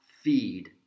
feed